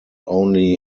only